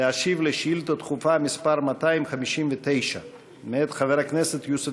להשיב על שאילתה דחופה מס' 259 מאת חבר הכנסת יוסף